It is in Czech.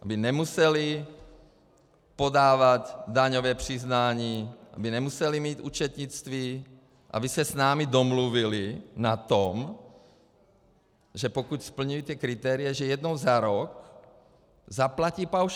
Aby nemuseli podávat daňové přiznání, aby nemuseli mít účetnictví, aby se s námi domluvili na tom, že pokud splňují kritéria, že jednou za rok zaplatí paušální daň.